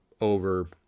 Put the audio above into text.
over